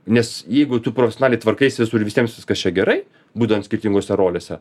nes jeigu tu profesionaliai tvarkaisi visur visiems viskas čia gerai būnant skirtingose rolėse